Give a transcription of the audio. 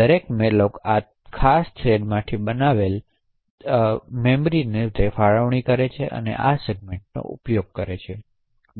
દરેક મેલોક આ ખાસ થ્રેડમાંથી બનાવેલતેના ફાળવણી માટે આ સેગમેન્ટનો ઉપયોગ કરે છે